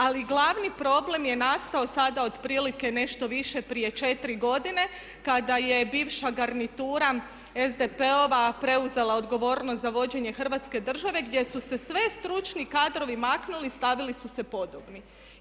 Ali glavni problem je nastao sada otprilike nešto više prije 4 godine kada je bivša garnitura SDP-ova preuzela odgovornost za vođenje Hrvatske države gdje su se sve stručni kadrovi maknuli i stavili su se podobni.